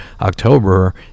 October